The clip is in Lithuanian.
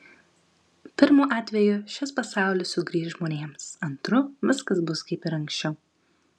pirmu atveju šis pasaulis sugrįš žmonėms antru viskas bus kaip ir anksčiau